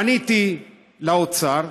פניתי לאוצר,